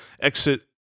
exit